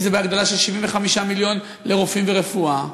אם בהגדלה של 75 מיליון לרופאים ורפואה,